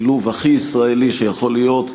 השילוב הכי ישראלי שיכול להיות.